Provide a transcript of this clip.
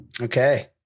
Okay